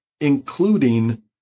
including